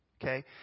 Okay